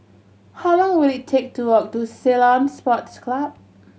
how long will it take to walk to Ceylon Sports Club